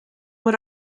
what